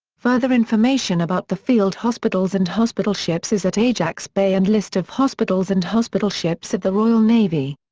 further information about the field hospitals and hospital ships is at ajax bay and list of hospitals and hospital ships of the royal navy.